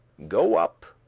go up,